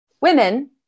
women